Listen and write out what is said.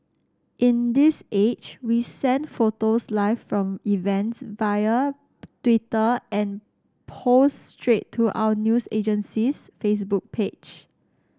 in this age we send photos live from events via Twitter and post straight to our news agency's Facebook page